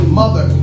mother